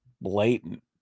blatant